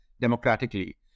democratically